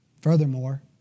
Furthermore